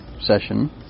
session